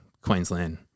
Queensland